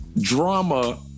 drama